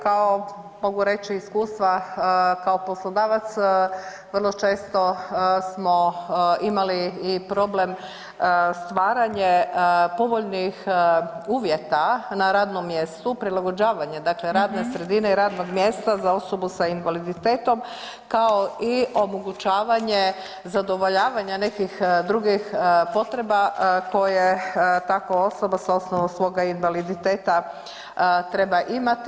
Kao mogu reći iskustva kao poslodavac vrlo često smo imali i problem stvaranje povoljnih uvjeta na radnom mjestu, prilagođavanje radne sredine i radnog mjesta za osobu sa invaliditetom kao i omogućavanje zadovoljavanja nekih drugih potreba koje tako osoba s osnova svoga invaliditeta treba imati.